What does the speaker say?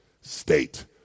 State